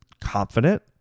confident